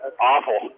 Awful